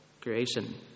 creation